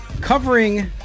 covering